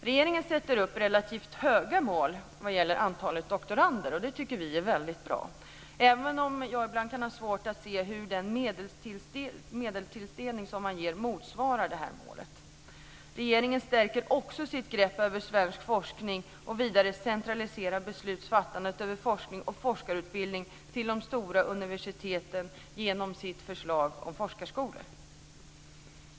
Regeringen sätter upp relativt höga mål för antalet doktorander, och det tycker vi är väldigt bra, även om det är svårt att se hur medelstilldelningen motsvarar målet. Regeringen stärker också sitt grepp över svensk forskning och vidare centraliserar beslutsfattandet över forskningen och forskarutbildningen till de stora universiteten genom sitt förslag om forskarskolor.